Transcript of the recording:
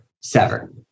sever